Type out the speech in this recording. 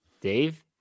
Dave